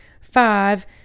five